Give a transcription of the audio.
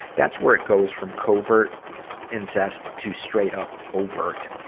that's where it goes from covert incest to straight-up overt,